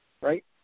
Right